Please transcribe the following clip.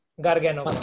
Gargano